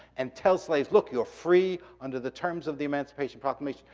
and tells slaves, look, you're free under the terms of the emancipation proclamation.